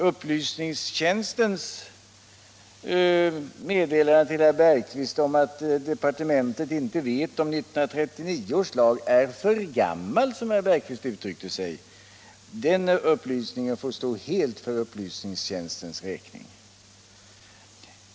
Meddelandet från riksdagens upplysningstjänst till herr Bergqvist om att departementet inte vet huruvida 1939 års lag är ”för gammal”, som herr Bergqvist uttryckte sig, får stå helt för upplysningstjänstens egen räkning.